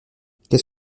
qu’est